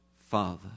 Father